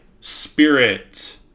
Spirit